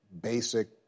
basic